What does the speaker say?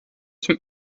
zum